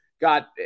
got